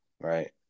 right